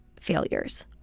failures